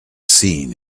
seen